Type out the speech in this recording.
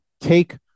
take